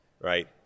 right